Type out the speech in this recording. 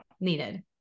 needed